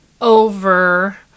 over